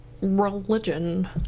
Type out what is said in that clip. religion